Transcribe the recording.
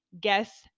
guess